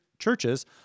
churches